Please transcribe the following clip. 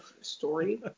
story